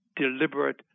deliberate